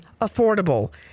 affordable